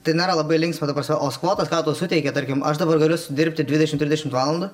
tai nėra labai linksma ta prasme o skvotas tau tuo suteikia tarkim aš dabar galiu sudirbti dvidešimt trisdešimt valandų